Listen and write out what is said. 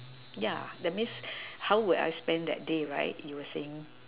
yeah that means how will I spend that day right you were saying